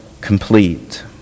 complete